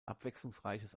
abwechslungsreiches